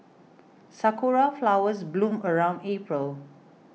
sakura flowers bloom around April